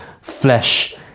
flesh